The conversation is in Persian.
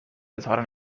اظهار